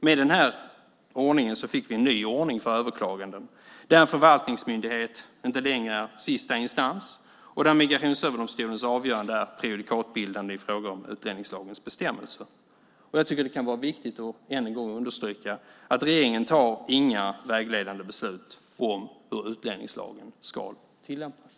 Med den här ordningen fick vi en ny ordning för överklaganden där en förvaltningsmyndighet inte längre är sista instans och där Migrationsöverdomstolens avgörande är prejudikatsbildande i fråga om utlänningslagens bestämmelser. Jag tycker att det kan vara viktigt att ännu en gång understryka att regeringen inte fattar några vägledande beslut om hur utlänningslagen ska tillämpas.